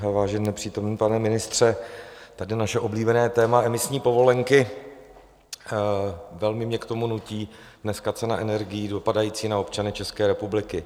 Vážený nepřítomný pane ministře, tady naše oblíbené téma emisní povolenky, velmi mě k tomu nutí dneska cena energií dopadající na občany České republiky.